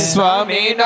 Swami